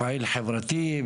פעיל חברתי,